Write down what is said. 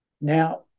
Now